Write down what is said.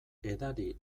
edari